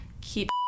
keep